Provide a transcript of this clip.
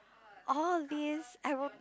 all this I would